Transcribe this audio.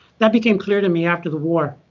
that became clear to me after the war.